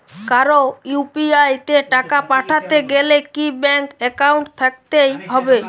কারো ইউ.পি.আই তে টাকা পাঠাতে গেলে কি ব্যাংক একাউন্ট থাকতেই হবে?